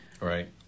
Right